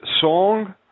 Song